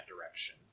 direction